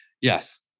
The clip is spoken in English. Yes